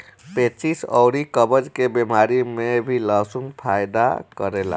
पेचिस अउरी कब्ज के बेमारी में भी लहसुन फायदा करेला